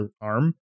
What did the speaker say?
arm